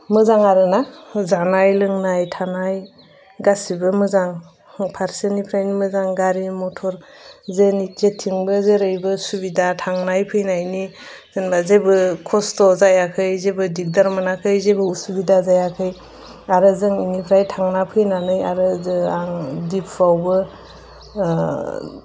मोजां आरो ना जानाय लोंनाय थानाय गासैबो मोजां फारसेनिफ्राय मोजां गारि मथर जोंनि जेथिंबो जेरैबो सुबिदा थांनाय फैनायनि जेनेबा जेबो खस्थ' जायाखै जेबो दिगदार मोनाखै जेबो असुबिदा जायाखै आरो जोंनिफ्रायथांना फैनानै आरो इदि आं डिफुआवबो